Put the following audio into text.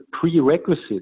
prerequisite